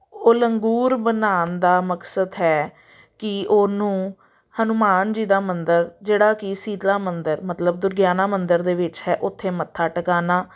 ਉਹ ਲੰਗੂਰ ਬਣਾਉਣ ਦਾ ਮਕਸਦ ਹੈ ਕਿ ਉਹਨੂੰ ਹਨੂੰਮਾਨ ਜੀ ਦਾ ਮੰਦਰ ਜਿਹੜਾ ਕਿ ਸ਼ੀਤਲਾ ਮੰਦਰ ਮਤਲਬ ਦੁਰਗਿਆਨਾ ਮੰਦਰ ਦੇ ਵਿੱਚ ਹੈ ਉੱਥੇ ਮੱਥਾ ਟਿਕਾਣਾ